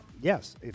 Yes